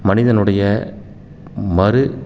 மனிதனுடைய மறு